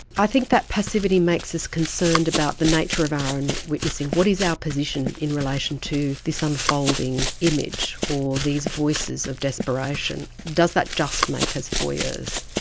i think that passivity makes us concerned about the nature of our own witnessing. what is our position in relation to this unfolding image or these voices of desperation? does that just make us voyeurs?